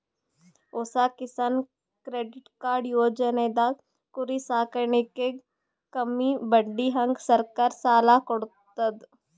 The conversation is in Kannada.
ಹೊಸ ಕಿಸಾನ್ ಕ್ರೆಡಿಟ್ ಕಾರ್ಡ್ ಯೋಜನೆದಾಗ್ ಕುರಿ ಸಾಕಾಣಿಕೆಗ್ ಕಮ್ಮಿ ಬಡ್ಡಿಹಂಗ್ ಸರ್ಕಾರ್ ಸಾಲ ಕೊಡ್ತದ್